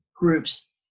groups